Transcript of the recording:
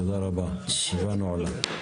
תודה רבה, הישיבה נעולה.